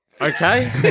Okay